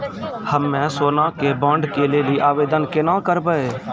हम्मे सोना के बॉन्ड के लेली आवेदन केना करबै?